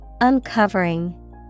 Uncovering